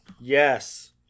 Yes